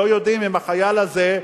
אם החייל הזה,